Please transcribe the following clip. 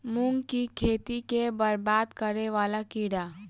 मूंग की खेती केँ बरबाद करे वला कीड़ा?